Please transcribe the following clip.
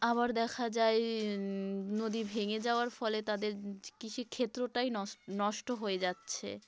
আবার দেখা যায় নদী ভেঙে যাওয়ার ফলে তাদের কৃষি ক্ষেত্রটাই নষ্ট হয়ে যাচ্ছে